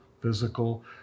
physical